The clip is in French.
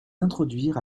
introduire